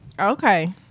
Okay